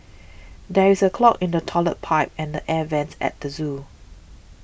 there is a clog in the Toilet Pipe and Air Vents at the zoo